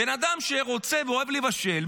בן אדם שרוצה ואוהב לבשל,